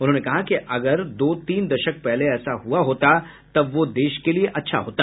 उन्होंने कहा कि अगर दो तीन दशक पहले ऐसा हुआ होता तब वह देश के लिए अच्छा होता